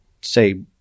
say